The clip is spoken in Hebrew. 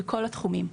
בכל התחומים.